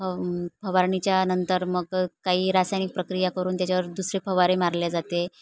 फ फवारणीच्या नंतर मग काही रासायनिक प्रक्रिया करून त्याच्यावर दुसरे फवारे मारले जाते